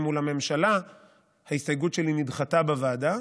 מול הממשלה ההסתייגות שלי נדחתה בוועדה,